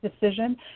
decision